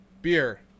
Beer